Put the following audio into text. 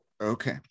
Okay